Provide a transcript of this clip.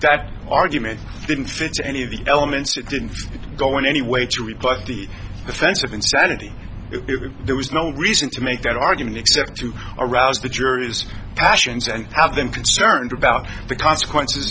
that argument didn't fit any of the elements it didn't go in any way to rebut the defense of insanity if there was no reason to make that argument except to arouse the jurors passions and have them concerned about the consequences